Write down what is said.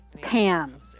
Pam